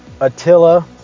Attila